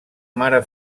mare